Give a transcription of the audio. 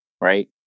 right